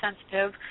sensitive